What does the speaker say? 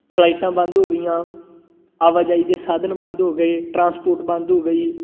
ਫਲਾਈਟਾਂ ਬੰਦ ਹੋ ਗਈਆਂ ਆਵਾਜਾਈ ਦੇ ਸਾਧਨ ਬੰਦ ਹੋ ਗਏ ਟਰਾਂਸਪੋਰਟ ਬੰਦ ਹੋ ਗਈ